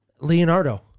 Leonardo